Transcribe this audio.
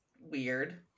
Weird